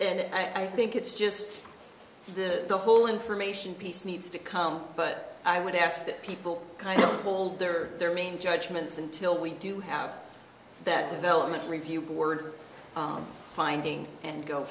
and i think it's just that the whole information piece needs to come but i would ask that people kind of hold their their main judgments until we do have that development review board finding and go